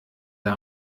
der